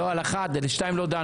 לא, על 1. על 2 לא דנו.